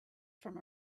from